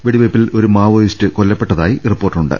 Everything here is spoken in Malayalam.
വെടിവെപ്പിൽ ഒരു മാവോയിസ്റ്റ് കൊല്ലപ്പെട്ടതായി റിപ്പോർട്ടുണ്ട്